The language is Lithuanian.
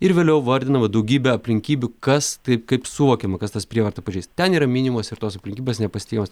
ir vėliau vardinama daugybė aplinkybių kas taip kaip suvokiama kas tas prievarta ten yra minimos ir tos aplinkybės nepasitikėjimas